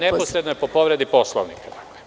Neposredno je po povredi Poslovnika.